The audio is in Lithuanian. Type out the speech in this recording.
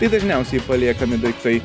tai dažniausiai paliekami daiktai